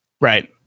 right